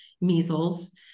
measles